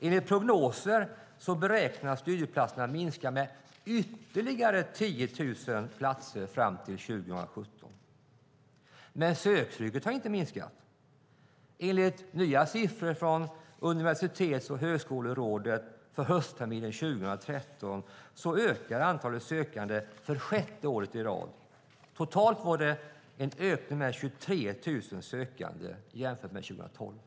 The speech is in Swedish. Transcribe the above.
Enligt prognoserna kommer studieplatserna att minska med ytterligare 10 000 fram till 2017. Däremot har söktrycket inte minskat. Enligt nya siffror från Universitets och högskolerådet för höstterminen 2013 ökar antalet sökande för sjätte året i rad. Totalt är det en ökning med 23 000 sökande jämfört med 2012.